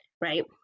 right